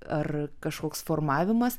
ar kažkoks formavimas